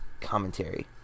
commentary